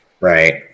right